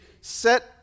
set